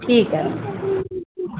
ठीक आहे